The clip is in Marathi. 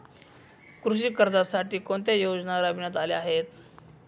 कृषी कर्जासाठी कोणत्या योजना राबविण्यात आल्या आहेत?